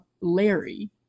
Larry